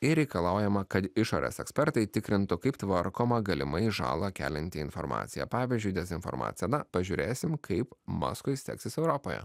ir reikalaujama kad išorės ekspertai tikrintų kaip tvarkoma galimai žalą kelianti informacija pavyzdžiui dezinformacija na pažiūrėsime kaip paskui seksis europoje